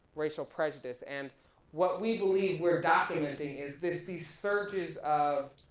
racial prejudice and what we believe we're documenting is this, these surges of